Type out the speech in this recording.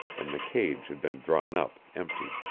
and the cage had been drawn up empty.